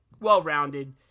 well-rounded